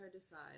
decide